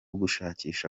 gushakisha